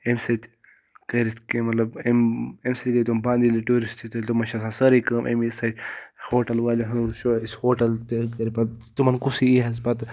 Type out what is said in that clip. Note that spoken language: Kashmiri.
امہِ سۭتۍ کٔرِتھ کینٛہہ مطلب امہِ امہِ سۭتۍ ییٚلہِ تِم پانہٕ ییٚلہِ ٹوٗرِس تیٚلہِ تِمَن چھےٚ آسان سٲرٕے کٲم امی سۭتۍ ہوٹَل والٮ۪ن ہٕنٛز چھُ اَسہِ ہوٹَل تہِ کٔرۍ پَتہٕ تِمَن کُس یی حظ پَتہٕ